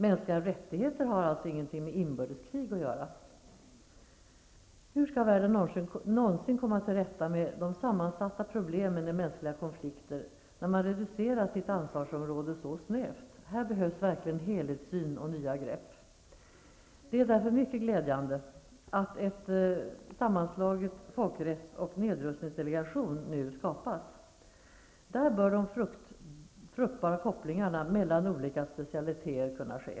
Mänskliga rättigheter har alltså ingenting med inbördeskrig att göra ... Hur skall världen någonsin komma till rätta med de sammansatta problemen i mänskliga konflikter, när man reducerar sitt ansvarsområde så snävt? Här behövs verkligen helhetsyn och nya grepp! Det är därför mycket glädjande att en sammanslagen folkrätts och nedrustningsdelegation nu skapas. Där bör de fruktbara kopplingarna mellan olika specialiteter ske.